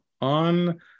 on